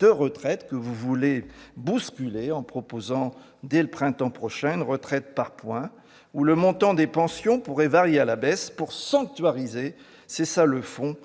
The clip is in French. de retraites que vous voulez bousculer en proposant, dès le printemps prochain, une retraite par points, où le montant des pensions pourrait varier à la baisse pour sanctuariser- c'est là le fond